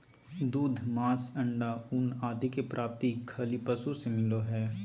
दूध, मांस, अण्डा, ऊन आदि के प्राप्ति खली पशु से मिलो हइ